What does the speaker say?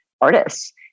artists